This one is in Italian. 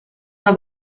una